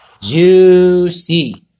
Juicy